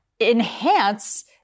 enhance